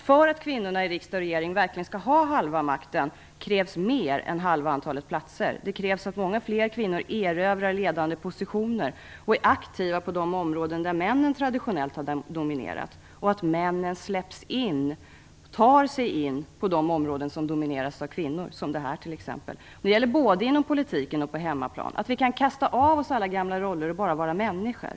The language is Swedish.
För att kvinnorna i riksdag och regering verkligen skall ha halva makten krävs mer än halva antalet platser! Det krävs att många fler kvinnor erövrar ledande positioner och är aktiva på de områden där män traditionellt har dominerat. Och det krävs att männen släpps in, tar sig in, på de områden som domineras av kvinnor, som t.ex. det här. Det gäller både inom politiken och på hemmaplan. Vi skall kasta av oss alla gamla roller och bara vara människor.